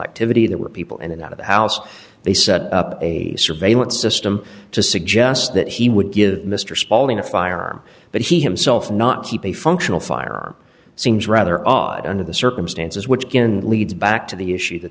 activity there were people in and out of the house they set up a surveillance system to suggest that he would give mr spalding a firearm but he himself not keep a functional firearm seems rather odd under the circumstances which given leads back to the issue that